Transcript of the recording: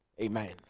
Amen